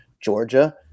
Georgia